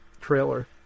trailer